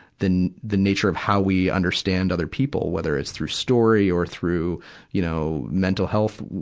the, the nature of how we understand other people, whether it's through story or through you know, mental health.